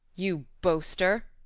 you boaster,